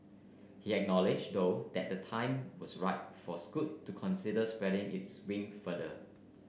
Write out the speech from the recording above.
he acknowledged though that the time was right for scoot to consider spreading its wing further